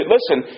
Listen